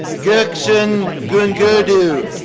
gutson gungudu.